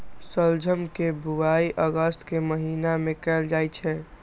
शलजम के बुआइ अगस्त के महीना मे कैल जाइ छै